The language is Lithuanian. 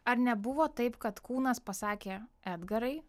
ar nebuvo taip kad kūnas pasakė edgarai